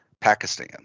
Pakistan